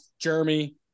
jeremy